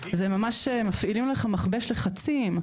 זה ממש מפעילים עליך מכבש לחצים.